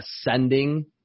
ascending